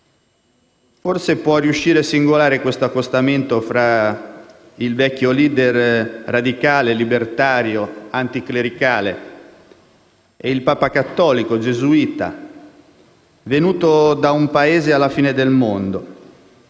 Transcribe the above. Forse può riuscire singolare questo accostamento fra il vecchio *leader* radicale, libertario e anticlericale, e il Papa cattolico, gesuita, venuto da un Paese alla fine del mondo;